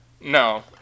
No